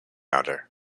pounder